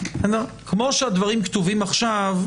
כמו שהדברים כתובים עכשיו,